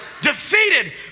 defeated